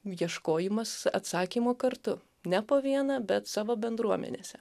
ieškojimas atsakymų kartu ne po vieną bet savo bendruomenėse